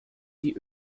die